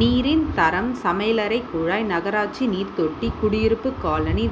நீரின் தரம் சமையலறை குழாய் நகராட்சி நீர் தொட்டி குடியிருப்பு காலனி